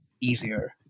easier